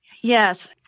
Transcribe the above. Yes